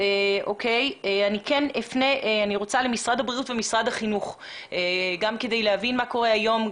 אני רוצה לפנות למשרד הבריאות ולמשרד החינוך כדי להבין מה קורה היום,